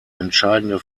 entscheidende